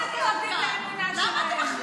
אין, לא ראויות נשים בש"ס.